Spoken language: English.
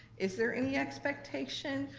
is there any expectation,